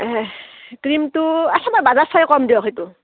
এহ ক্ৰীমটো আচ্ছা মই বাজাৰ চাই কম দিয়ক সেইটো